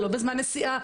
לא בזמן נסיעה,